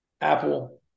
Apple